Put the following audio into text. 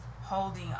holding